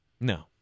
No